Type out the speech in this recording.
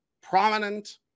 prominent